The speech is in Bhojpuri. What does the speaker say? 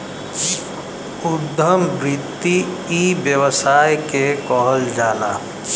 उद्यम वृत्ति इ व्यवसाय के कहल जाला